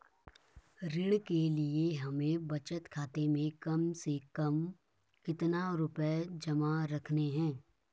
ऋण के लिए हमें बचत खाते में कम से कम कितना रुपये जमा रखने हैं?